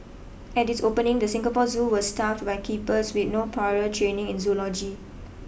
at its opening the Singapore Zoo was staffed by keepers with no prior training in zoology